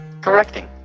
correcting